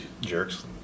jerks